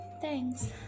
thanks